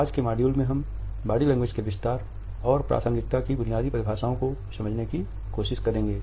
आज के मॉड्यूल में हम बॉडी लैंग्वेज के विस्तार और प्रासंगिकता की बुनियादी परिभाषाओं को समझने की कोशिश करेंगे